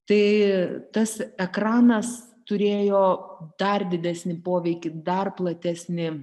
tai tas ekranas turėjo dar didesnį poveikį dar platesnį